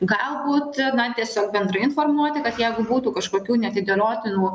galbūt na tiesiog bendrai informuoti kad jeigu būtų kažkokių neatidėliotinų